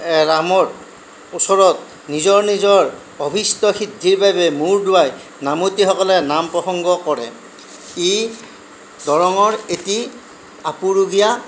ৰামৰ ওচৰত নিজৰ নিজৰ অভিষ্ট সিদ্ধিৰ বাবে মূৰ দোৱাই নামতীসকলে নাম প্ৰসংগ কৰে ই দৰঙৰ এটি আপুৰুগীয়া